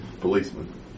policeman